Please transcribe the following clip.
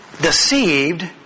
deceived